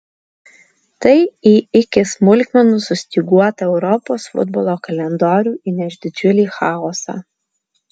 tai į iki smulkmenų sustyguotą europos futbolo kalendorių įneš didžiulį chaosą